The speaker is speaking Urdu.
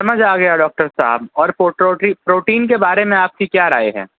سمجھ آ گیا ڈاکٹر صاحب اور پروٹوٹی پروٹین کے بارے میں آپ کی کیا رائے ہے